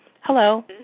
Hello